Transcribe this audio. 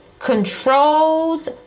controls